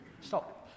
stop